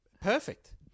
Perfect